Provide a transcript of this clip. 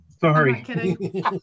Sorry